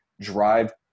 drive